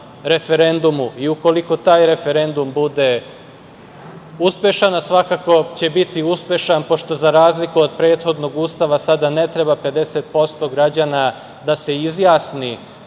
referendumu i ukoliko taj referendum bude uspešan, a svakako će biti uspešan pošto za razliku od prethodnog Ustava sada ne treba 50% građana da se izjasni